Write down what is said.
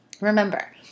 Remember